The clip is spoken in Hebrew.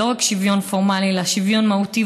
ולא רק שוויון פורמלי אלא שוויון מהותי,